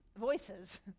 voices